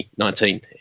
2019